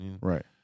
Right